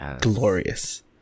glorious